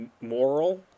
moral